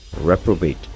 reprobate